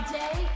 day